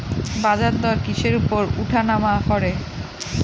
বাজারদর কিসের উপর উঠানামা করে?